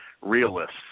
realists